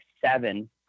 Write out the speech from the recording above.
seven